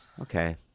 Okay